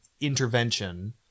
intervention